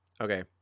Okay